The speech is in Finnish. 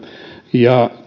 ja